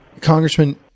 Congressman